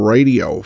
Radio